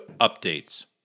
updates